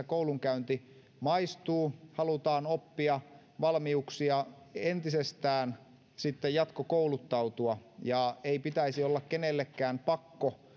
koulunkäynti maistuu halutaan oppia valmiuksia entisestään jatkokouluttautua ei pitäisi olla kenellekään pakko